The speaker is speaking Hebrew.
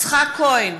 יצחק כהן,